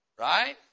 Right